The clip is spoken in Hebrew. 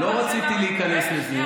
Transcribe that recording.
לא רציתי להיכנס לזה.